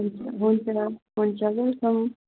हुन्छ हुन्छ हुन्छ वेलकम